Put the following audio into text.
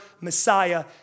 Messiah